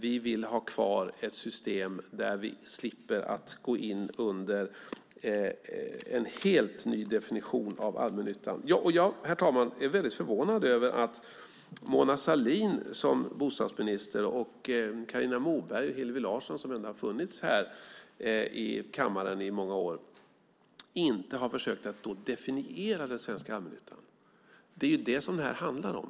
Vi vill ha kvar ett system där vi slipper gå in under en helt ny definition av allmännyttan. Herr talman! Jag är förvånad över att Mona Sahlin som bostadsminister, Carina Moberg och Hillevi Larsson som ändå har funnits här i kammaren i många år inte har försökt definiera den svenska allmännyttan. Det är detta det handlar om.